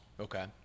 Okay